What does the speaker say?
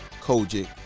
Kojic